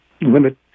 limit